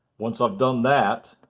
once i've done that,